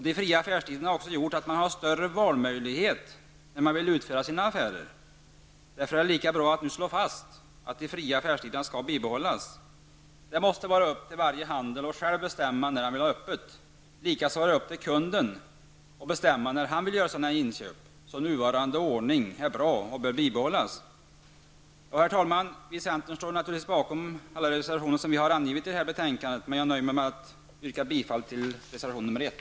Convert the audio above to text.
De fria affärstiderna har gjort att människor har större möjligheter att välja tidpunkten för sina inköp. Därför är det lika bra att nu slå fast att de fria affärstiderna skall bibehållas. Det måste vara upp till varje handlare att själv bestämma öppettiderna. Likaså är det upp till kunden att bestämma när inköp skall göras. Nuvarande ordning är således bra och bör bibehållas. Herr talman! Vi i centern stödjer naturligtvis alla reservationer som vi har i detta betänkande. Men jag nöjer mig med att nu yrka bifall till reservation nr 1.